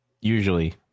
Usually